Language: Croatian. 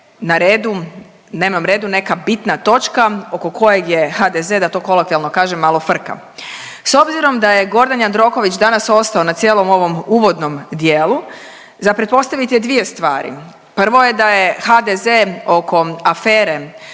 na redu, dnevnom redu neka bitna točka oko kojeg je HDZ da to kolokvijalno kažem, malo frka. S obzirom da je Gordan Jandroković danas ostao na cijelom ovom uvodnom dijelu za pretpostaviti je dvije stvari. Prvo je da je HDZ oko afere